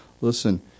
Listen